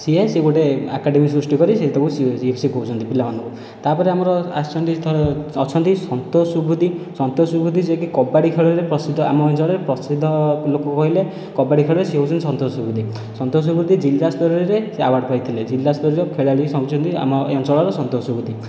ସିଏ ସିଏ ଗୋଟିଏ ଆକାଡ଼େମି ସୃଷ୍ଟି କରି ସିଏ ତାକୁ ଶିଖଉଛନ୍ତି ପିଲାମାନଙ୍କୁ ତାପରେ ଆମର ଆସୁଛନ୍ତି ଧର ଅଛନ୍ତି ସନ୍ତୋଷ ସୁବୁଦ୍ଧି ସନ୍ତୋଷ ସୁବୁଦ୍ଧି ଯିଏ କି କବାଡ଼ି ଖେଳରେ ପ୍ରସିଦ୍ଧ ଆମ ଅଞ୍ଚଳରେ ପ୍ରସିଦ୍ଧ ଲୋକ କହିଲେ କବାଡ଼ି ଖେଳରେ ସେ ହେଉଛନ୍ତି ସନ୍ତୋଷ ସୁବୁଦ୍ଧି ସନ୍ତୋଷ ସୁବୁଦ୍ଧି ଜିଲ୍ଲା ସ୍ତରରେ ସେ ଆୱାର୍ଡ଼ ପାଇଥିଲେ ଜିଲ୍ଲା ସ୍ତରରେ ଖେଳାଳି ହେଉଛନ୍ତି ଆମ ଏଇ ଅଞ୍ଚଳର ସନ୍ତୋଷ ସୁବୁଦ୍ଧି